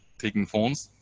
taking phones,